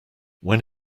when